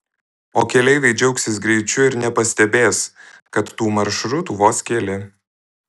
o keleiviai džiaugsis greičiu ir nepastebės kad tų maršrutų vos keli